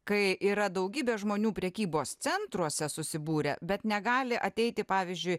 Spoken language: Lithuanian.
kai yra daugybė žmonių prekybos centruose susibūrę bet negali ateiti pavyzdžiui